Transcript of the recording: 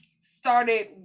started